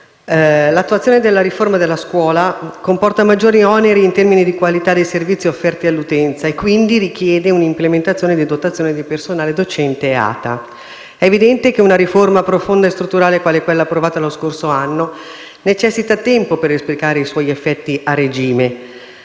l'attuazione della riforma della scuola comporta maggiori oneri in termini di qualità dei servizi offerti all'utenza e quindi richiede un'implementazione di dotazione di personale docente e ATA. È evidente che una riforma profonda e strutturale, quale quella approvata lo scorso anno, necessita tempo per esplicare i suoi effetti a regime.